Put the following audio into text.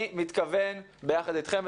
אני מתכוון ביחד אתכם,